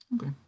Okay